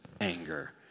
anger